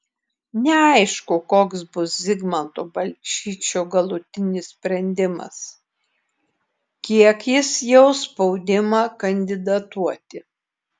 neaišku koks bus zigmanto balčyčio galutinis sprendimas kiek jis jaus spaudimą kandidatuoti